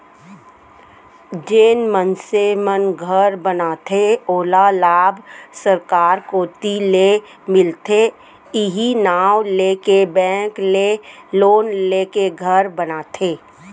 जेन मनसे मन घर बनाथे ओला लाभ सरकार कोती ले मिलथे इहीं नांव लेके बेंक ले लोन लेके घर बनाथे